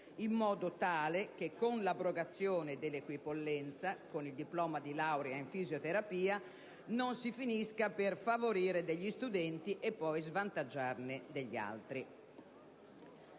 in modo tale che, con l'abrogazione dell'equipollenza con il diploma di laurea in fisioterapia, non si finisca per favorire degli studenti e svantaggiarne poi altri.